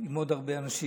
עם עוד הרבה אנשים,